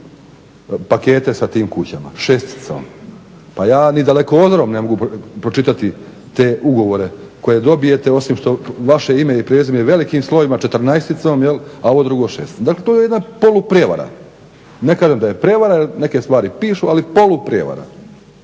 pakete sa tim kućama. Šesticom. Pa ja i dalekozorom ne mogu pročitati te ugovore koje dobijete osim što vaše ime i prezime je velikim slovima, četrnaesticom, jel, a ovo drugo šesticom. Dakle, to je jedna poluprijevara. Ne kažem da je prevara, neke stvari pišu, ali poluprijevara.